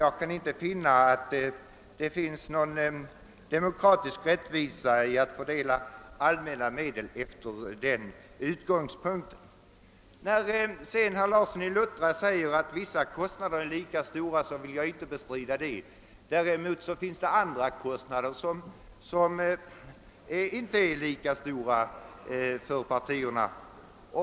Jag kan inte finna att det ligger någon demokratisk rättvisa i att fördela allmänna medel efter andra utgångspunkter än att alla behandlas lika. Herr Larsson i Luttra säger att också kostnader för partiernas informationsverksamhet är lika höga oavsett partiernas storlek, och jag vill inte bestrida detta. Däremot finns det andra kostnader som inte är lika stora för partierna.